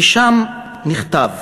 ששם נכתב